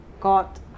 got